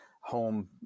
home